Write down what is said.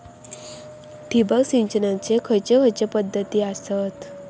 ठिबक सिंचनाचे खैयचे खैयचे पध्दती आसत?